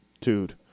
Dude